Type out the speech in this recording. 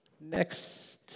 next